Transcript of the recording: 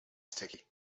sticky